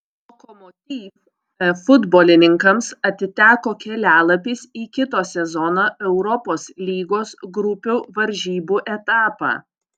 lokomotiv futbolininkams atiteko kelialapis į kito sezono europos lygos grupių varžybų etapą